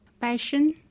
Passion